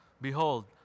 Behold